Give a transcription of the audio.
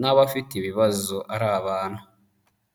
n'abafite ibibazo ari abantu."